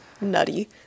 Nutty